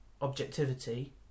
objectivity